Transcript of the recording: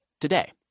today